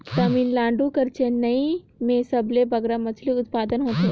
तमिलनाडु कर चेन्नई में सबले बगरा मछरी उत्पादन होथे